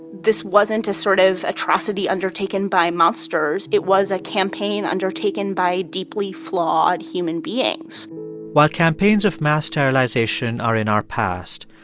this wasn't a sort of atrocity undertaken by monsters. it was a campaign undertaken by deeply flawed human beings while campaigns of mass sterilization are in our past,